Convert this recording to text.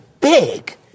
big